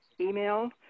email